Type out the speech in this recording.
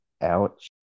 Ouch